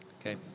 Okay